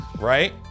Right